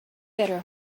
better